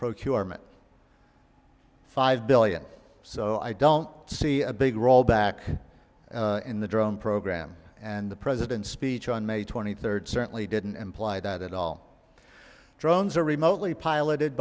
procurement five billion so i don't see a big rollback in the drone program and the president's speech on may twenty third certainly didn't imply that at all the drones are remotely piloted